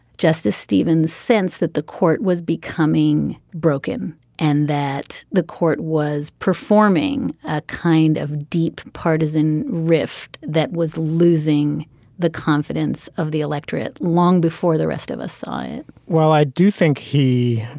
justice stevens sense that the court was becoming broken and that the court was performing a kind of deep partisan rift that was losing the confidence of the electorate long before the rest of us saw it well i do think he.